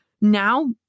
Now